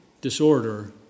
disorder